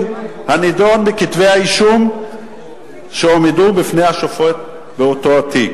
הנדון בכתבי האישום שהועמדו בפני השופט באותו התיק.